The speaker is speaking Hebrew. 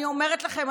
אני אומרת לכם,